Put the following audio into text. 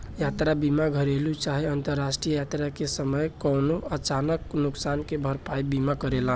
यात्रा बीमा घरेलु चाहे अंतरराष्ट्रीय यात्रा के समय कवनो अचानक नुकसान के भरपाई बीमा करेला